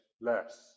less